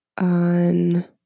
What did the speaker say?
on